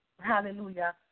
Hallelujah